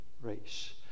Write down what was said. race